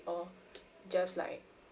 or just like